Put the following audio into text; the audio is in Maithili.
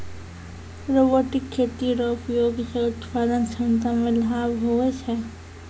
रोबोटिक खेती रो उपयोग से उत्पादन क्षमता मे लाभ हुवै छै